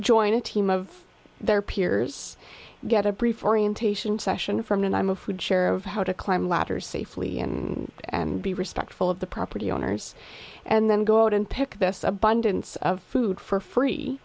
join a team of their peers get a brief orientation session for me and i'm a food share of how to climb ladders safely and and be respectful of the property owners and then go out and pick this abundance of food for free